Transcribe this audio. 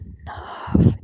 enough